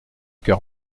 cœur